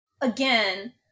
Again